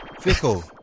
Fickle